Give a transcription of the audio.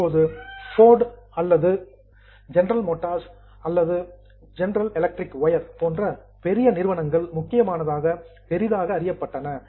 அப்போது போர்டு அல்லது General Motors அல்லது ஜெனரல் எலக்ட்ரிக் வயர் போன்ற பெரிய நிறுவனங்கள் முக்கியமானதாக பெரிதாக அறியப்பட்டன